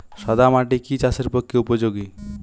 সাদা মাটি কি চাষের পক্ষে উপযোগী?